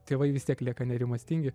tėvai vis tiek lieka nerimastingi